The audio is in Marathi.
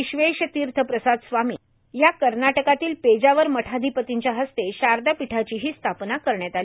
विश्वेशतीर्थश्रीपाद स्वामी या कर्नाटकातील पेजावर मठाधिपर्तीच्या हस्ते शारदापीठाचीही स्थापना करण्यात आली